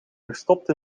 verstopt